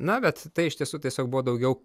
na bet tai iš tiesų tiesiog buvo daugiau